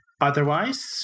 Otherwise